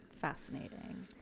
Fascinating